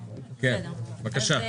אם תוכל בקשה